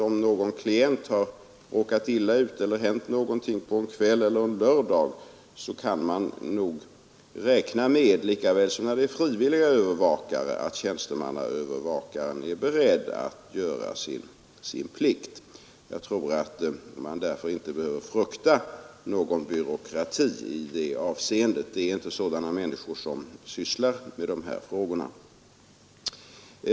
Om någon klient råkat illa ut på en kväll eller lördag, kan man nog lika väl som när det gäller frivilliga övervakare räkna med att tjänstemannaövervakaren är beredd att göra sin plikt. Jag tror därför att man inte behöver frukta någon byråkrati i detta avseende. Det är inte sådana människor som sysslar med dessa frågor.